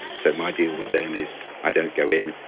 so my deal with them is, i don't go in.